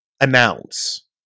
announce